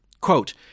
Quote